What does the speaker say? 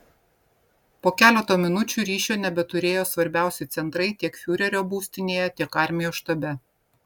po keleto minučių ryšio nebeturėjo svarbiausi centrai tiek fiurerio būstinėje tiek armijos štabe